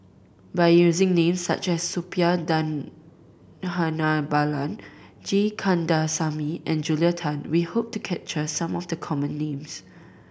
by using names such as Suppiah Dhanabalan G Kandasamy and Julia Tan we hope to capture some of the common names